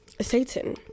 Satan